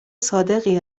صادقی